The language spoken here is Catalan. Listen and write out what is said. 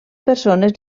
persones